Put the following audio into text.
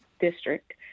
District